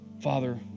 Father